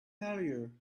failure